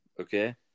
okay